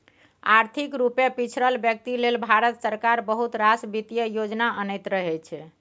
आर्थिक रुपे पिछरल बेकती लेल भारत सरकार बहुत रास बित्तीय योजना अनैत रहै छै